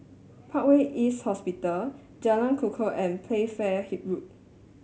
Parkway East Hospital Jalan Kukoh and Playfair Road